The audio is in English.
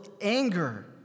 anger